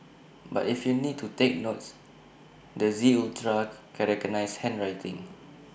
but if you need to take notes the Z ultra can recognise handwriting